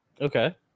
Okay